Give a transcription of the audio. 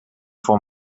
for